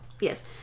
Yes